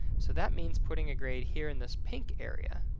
so that means putting a grade here in this pink area.